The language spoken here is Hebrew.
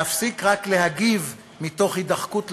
להפסיק להגיב רק מתוך הידחקות לפינה,